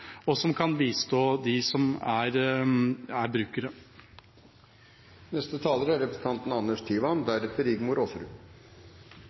og som kan bistå dem som er brukere.